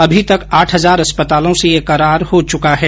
अभी तक आठ हजार अस्पतालों से ये करार हो चुका है